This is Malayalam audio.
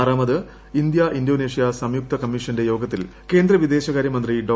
ആറാമത് ഇന്ത്യ ഇന്തോനേഷ്യ സംയുക്ത കമ്മീഷന്റെ യോഗത്തിൽ കേന്ദ്ര വിദേശകാര്യ മന്ത്രി ഡോ